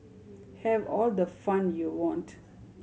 have all the fun you want